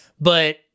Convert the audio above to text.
But-